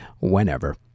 Whenever